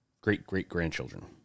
great-great-grandchildren